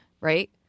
Right